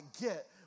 get